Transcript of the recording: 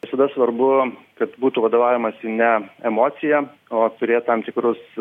visada svarbu kad būtų vadovaujamasi ne emocija o turėt tam tikrus